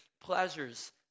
pleasures